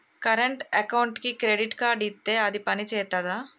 Current అకౌంట్కి credit card ఇత్తే అది పని చేత్తదా?